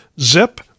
Zip